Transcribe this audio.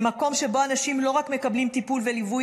הם מקום שבו אנשים לא רק מקבלים טיפול וליווי